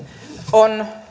on